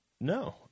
No